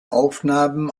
aufnahmen